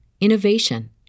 innovation